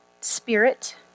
spirit